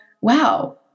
wow